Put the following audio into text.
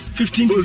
fifteen